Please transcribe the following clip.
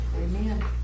Amen